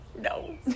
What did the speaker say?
No